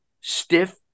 stiff